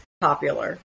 popular